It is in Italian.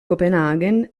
copenaghen